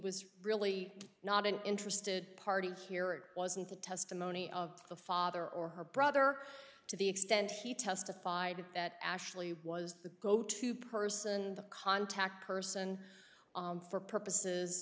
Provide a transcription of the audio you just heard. was really not an interested party here it wasn't the testimony of the father or her brother to the extent he testified that ashley was the go to person the contact person for purposes